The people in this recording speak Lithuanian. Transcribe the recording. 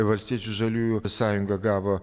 valstiečių žaliųjų sąjunga gavo